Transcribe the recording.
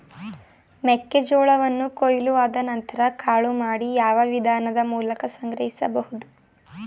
ಮೆಕ್ಕೆ ಜೋಳವನ್ನು ಕೊಯ್ಲು ಆದ ನಂತರ ಕಾಳು ಮಾಡಿ ಯಾವ ವಿಧಾನದ ಮೂಲಕ ಸಂಗ್ರಹಿಸಬಹುದು?